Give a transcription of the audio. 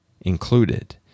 included